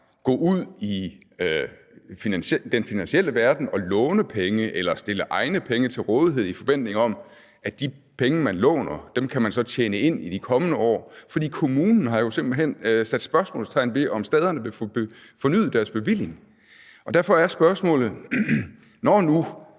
gå ud i den finansielle verden og låne penge eller stille egne penge til rådighed i forventning om, at de penge, man låner, kan man tjene ind i de kommende år, for kommunen har simpelt hen sat spørgsmålstegn ved, om stederne vil få fornyet deres bevilling. Derfor er spørgsmålet: Når nu